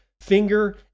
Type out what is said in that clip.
Finger